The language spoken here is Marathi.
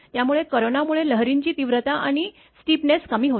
यामुळे कोरोना मुळे लहरींची तीव्रता आणि स्टीपनेस कमी होते